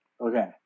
Okay